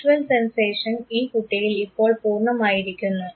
visual sensation ഈ കുട്ടിയിൽ ഇപ്പോൾ പൂർണമായിരിക്കുന്നു